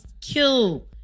kill